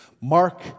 Mark